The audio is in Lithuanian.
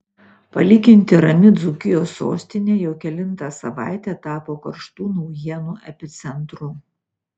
palyginti rami dzūkijos sostinė jau kelintą savaitę tapo karštų naujienų epicentru